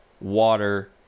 water